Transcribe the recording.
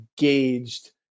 engaged